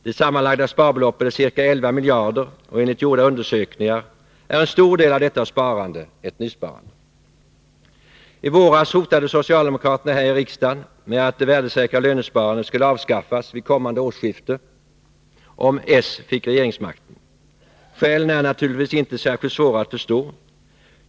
Det sammanlagda sparbeloppet är ca 11 miljarder kronor, och enligt gjorda undersökningar är en stor del av detta sparande ett nysparande. I våras hotade socialdemokraterna här i riksdagen med att det värdesäkra lönesparandet skulle avskaffas vid kommande årsskifte, om socialdemokraterna fick regeringsmakten. Skälen är naturligtvis inte särskilt svåra att förstå.